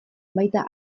baita